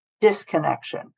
disconnection